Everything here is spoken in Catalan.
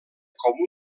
com